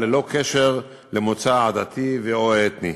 ללא קשר למוצא עדתי ו/או אתני.